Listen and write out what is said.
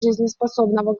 жизнеспособного